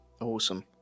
Awesome